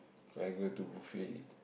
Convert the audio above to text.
so I go to buffet